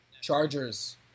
Chargers